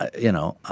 you know,